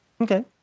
okay